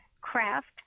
craft